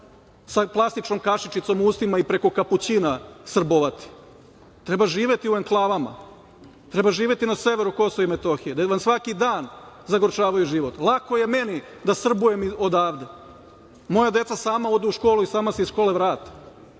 sa plastičnom kašičicom u ustima i preko kapućina srbovati. Treba živeti u enklavama. Treba živeti na severu KiM gde vam svaki dan zagorčavaju život. Lako je meni da srbujem odavde. Moja deca sama odu u školi i sama se iz škole vrate,